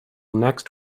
next